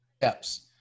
steps